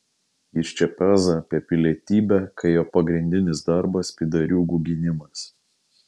jis čia peza apie pilietybę kai jo pagrindinis darbas pydariūgų gynimas